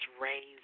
raised